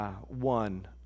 one